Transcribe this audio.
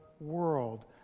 world